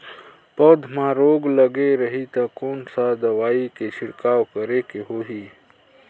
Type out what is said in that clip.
पौध मां रोग लगे रही ता कोन सा दवाई के छिड़काव करेके होही?